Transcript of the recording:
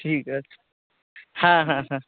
ঠিক আছে হ্যাঁ হ্যাঁ হ্যাঁ